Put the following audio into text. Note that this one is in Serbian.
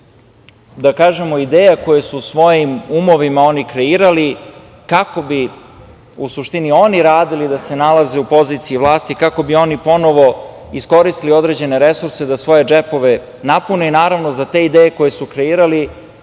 da kažemo ideja, koje su svojim umovima oni kreirali, kako bi u suštini oni radili da se nalaze u poziciji vlasti, kako bi oni ponovo iskoristili određene resurse da svoje džepove napune. Naravno, za te ideje koje su kreirali